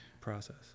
process